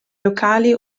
locali